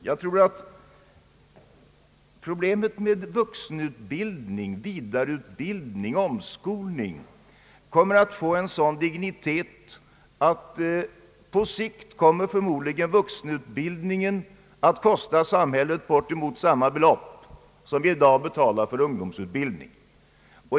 Jag tror att vuxenutbildningen, vidareutbildningen och omskolningen kommer att få en sådan dignitet att på sikt kommer de att kosta samhället lika stora belopp som vi i dag betalar för ungdomsutbildningen.